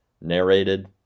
narrated